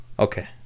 Okay